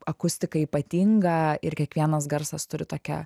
akustika ypatinga ir kiekvienas garsas turi tokią